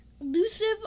Elusive